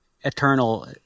eternal